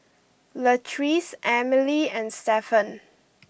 Latrice Emilee and Stephen